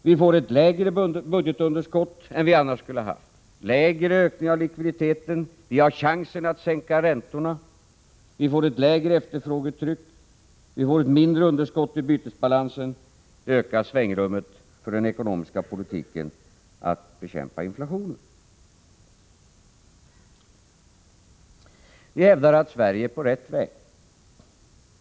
Vi får ett lägre budgetunderskott än vi annars skulle ha haft och en lägre ökning av likviditeten, vi har chansen att sänka räntorna, vi får ett lägre efterfrågetryck, vi får ett mindre underskott i bytesbalansen och vi får ett ökat svängrum för den ekonomiska politiken att bekämpa inflationen. Vi hävdar att Sverige är på rätt väg.